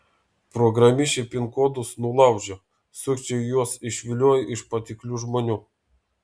programišiai pin kodus nulaužia sukčiai juos išvilioja iš patiklių žmonių